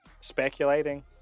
speculating